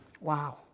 Wow